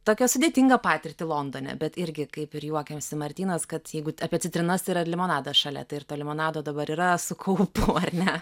tokią sudėtingą patirtį londone bet irgi kaip ir juokiasi martynas kad jeigu apie citrinas ir ar limonadą šalia tai ir to limonado dabar yra su kaupu ar ne